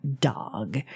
dog